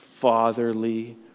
fatherly